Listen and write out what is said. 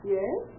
Yes